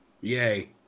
Yay